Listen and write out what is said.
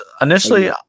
initially